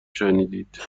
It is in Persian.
شنیدید